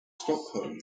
stockholm